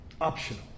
Optional